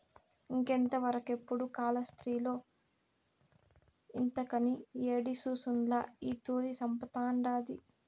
ఇంతవరకెపుడూ కాలాస్త్రిలో ఇంతకని యేడి సూసుండ్ల ఈ తూరి సంపతండాది